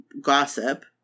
gossip